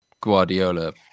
Guardiola